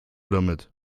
damit